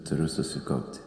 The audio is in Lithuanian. turiu susikaupti